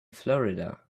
florida